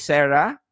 Sarah